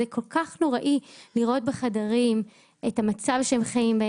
זה כל כך נוראי לראות בחדרים את המצב שהם חיים בו.